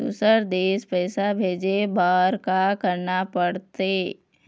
दुसर देश पैसा भेजे बार का करना पड़ते?